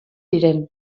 diren